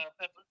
pepper